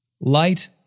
Light